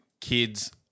kids